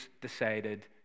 decided